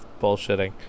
bullshitting